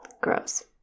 Gross